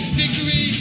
victory